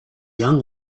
young